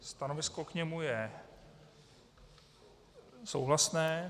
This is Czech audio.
Stanovisko k němu je souhlasné.